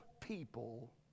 people